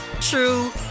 true